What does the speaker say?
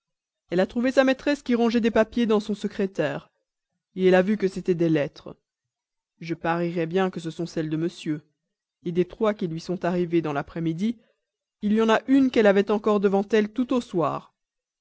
elle a trouvé sa maîtresse qui rangeait des papiers dans son secrétaire elle a vu que c'était des lettres je parierais bien que ce sont celles de monsieur des trois qui lui sont arrivées dans l'après-midi il y en a une qu'elle avait encore devant elle tout au soir